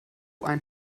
ein